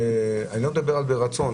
אני לא מדבר על מרצון,